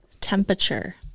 temperature